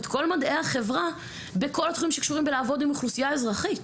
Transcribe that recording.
את כל מדעי החברה בכל התחומים שקשורים בלעבוד עם אוכלוסייה אזרחית.